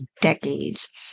decades